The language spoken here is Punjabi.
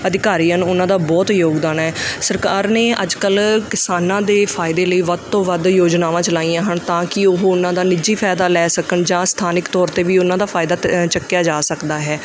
ਅਧਿਕਾਰੀਆਂ ਨੂੰ ਉਹਨਾਂ ਦਾ ਬਹੁਤ ਯੋਗਦਾਨ ਹੈ ਸਰਕਾਰ ਨੇ ਅੱਜ ਕੱਲ੍ਹ ਕਿਸਾਨਾਂ ਦੇ ਫਾਇਦੇ ਲਈ ਵੱਧ ਤੋਂ ਵੱਧ ਯੋਜਨਾਵਾਂ ਚਲਾਈਆਂ ਹਨ ਤਾਂ ਕਿ ਉਹ ਉਹਨਾਂ ਦਾ ਨਿੱਜੀ ਫਾਇਦਾ ਲੈ ਸਕਣ ਜਾਂ ਸਥਾਨਕ ਤੌਰ 'ਤੇ ਵੀ ਉਹਨਾਂ ਦਾ ਫਾਇਦਾ ਤ ਚੱਕਿਆ ਜਾ ਸਕਦਾ ਹੈ